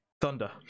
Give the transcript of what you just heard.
Thunder